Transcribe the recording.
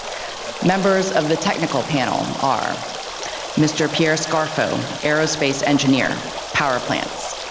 members of the technical panel are mr. pierre scarfo, aerospace engineer, power plants.